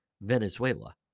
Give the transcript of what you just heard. Venezuela